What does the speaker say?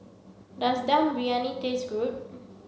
does dum briyani taste good